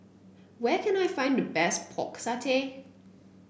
where can I find the best Pork Satay